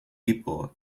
people